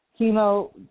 chemo